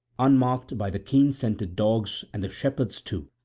unmarked by the keen-scented dogs and the shepherds too,